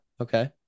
Okay